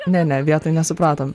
ne ne vietoj nesupratom